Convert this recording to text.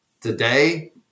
Today